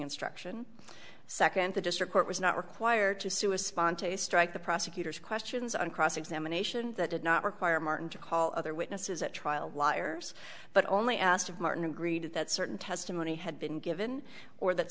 instruction second the district court was not required to sue a spontaneous strike the prosecutor's questions on cross examination that did not require martin to call other witnesses at trial liars but only asked of martin agreed that certain testimony had been given or that